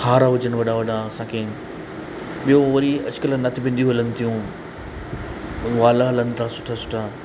हार हुजनि वॾा वॾा असांखे ॿियो वरी अॼुकल्ह नथ बिंदियूं हलनि थियूं वाल हलनि थी सुठा सुठा